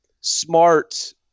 smart